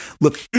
Look